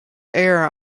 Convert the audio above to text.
era